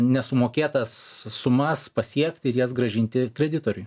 nesumokėtas sumas pasiekti ir jas grąžinti kreditoriui